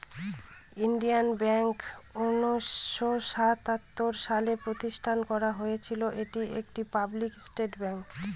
Indian bank উনিশশো সাত সালে প্রতিষ্ঠান করা হয়েছিল এটি একটি পাবলিক সেক্টর ব্যাঙ্ক